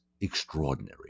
extraordinary